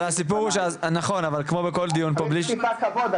אבל הסיפור הוא שכמו בכל דיון פה --- אז תן לי טיפה כבוד,